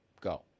Go